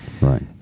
right